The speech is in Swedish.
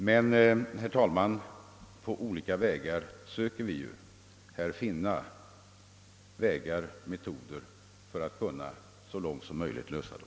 Men, herr talman, på olika vägar söker vi ju finna metoder för att så långt som möjligt kunna lösa det.